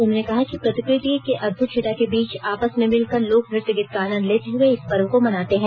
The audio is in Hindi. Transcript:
उन्होंने कहा कि प्रकृति की अदभुत छटा के बीच आपस में मिलकर लोक नृत्य गीत का आनंद लेते हुए इस पर्व को मनाते हैं